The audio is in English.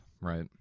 Right